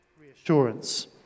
reassurance